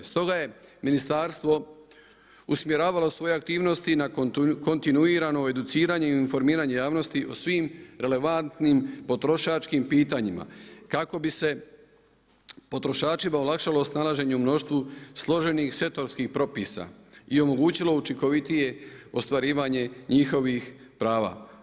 Stoga je ministarstvo usmjeravalo svoje aktivnosti na kontinuirano educiranje i informiranje javnosti o svim relevantnim potrošačkim pitanjima kako bi se potrošačima olakšao snalaženje u mnoštvu složenih sektorskih propisa i omogućilo učinkovitije ostvarivanje njihovih prava.